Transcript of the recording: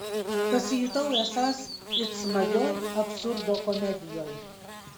pasijutau esąs it smagioj absurdo komedijoj